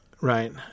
right